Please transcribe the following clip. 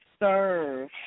Serve